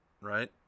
right